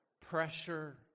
pressure